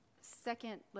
second